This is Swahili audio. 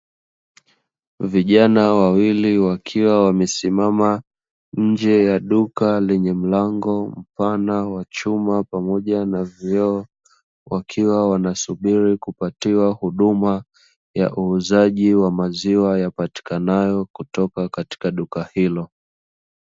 Vijana wawili wakiwa wamesimama nje ya duka lenye mlango mpana wa chuma pamoja na vyoo, wakiwa wanasubiri kupatiwa huduma ya uuzaji wa maziwa yapatikanayo kutoka katika duka hilo.